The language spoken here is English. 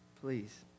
Please